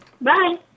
Bye